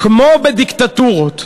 "כמו בדיקטטורות".